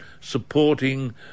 supporting